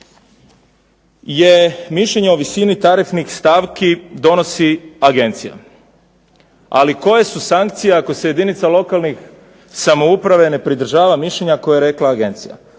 je mišljenje o visini tarifnih stavki donosi agencija. Ali koje su sankcije ako se jedinica lokalne samouprave ne pridržava mišljenja koje je rekla agencija.